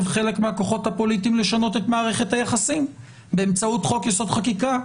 חלק מהכוחות הפוליטיים לשנות את מערכת היחסים באמצעות חוק יסוד חקיקה,